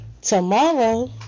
tomorrow